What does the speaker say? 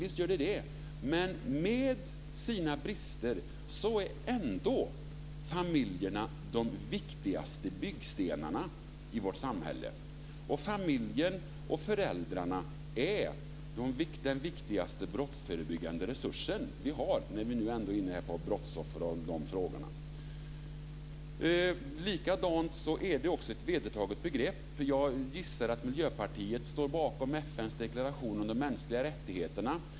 Visst gör det det, men med sina brister är ändå familjerna de viktigaste byggstenarna i vårt samhälle. Och familjen och föräldrarna är den viktigaste brottsförebyggande resursen vi har, kan jag säga när vi nu ändå är inne på brottsoffer och de frågorna. Det är också ett vedertaget begrepp. Jag gissar att Miljöpartiet står bakom FN:s deklaration om de mänskliga rättigheterna.